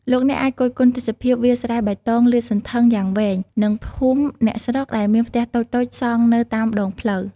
លោកអ្នកអាចគយគន់ទេសភាពវាលស្រែបៃតងលាតសន្ធឹងយ៉ាងវែង និងភូមិអ្នកស្រុកដែលមានផ្ទះតូចៗសង់នៅតាមដងផ្លូវ។